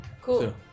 Cool